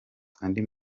andi